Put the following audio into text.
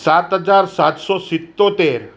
સાત હજાર સાતસો સિત્તોતેર